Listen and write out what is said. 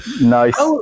Nice